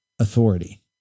authority